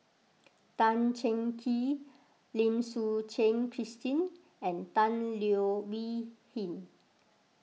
Tan Cheng Kee Lim Suchen Christine and Tan Leo Wee Hin